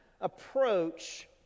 approach